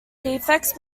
defects